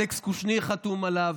אלכס קושניר חתום עליו,